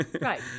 Right